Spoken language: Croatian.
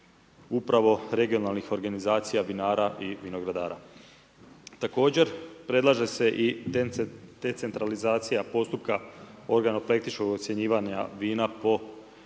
upravo regionalnih organizacija vinara i vinogradara. Također, predlaže se i decentralizacija postupka .../Govornik se ne razumije./... ocjenjivanja vina po